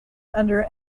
under